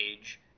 age